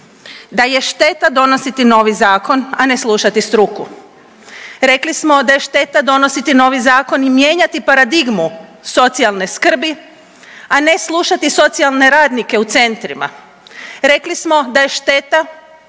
da je šteta donositi novi zakon, a ne slušati struku. Rekli smo da je šteta donositi novi zakon i mijenjati paradigmu socijalne skrbi, a ne slušati socijalne radnike u centrima. Rekli smo da je šteta